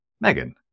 Megan